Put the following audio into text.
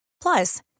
Plus